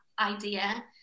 idea